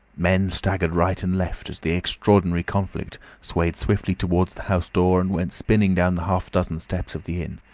men staggered right and left as the extraordinary conflict swayed swiftly towards the house door, and went spinning down the half-dozen steps of the inn.